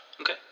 Okay